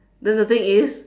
then the thing is